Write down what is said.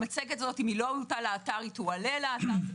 המצגת הזאת, אם לא הועלתה לאתר, תעלה לאתר.